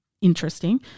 interesting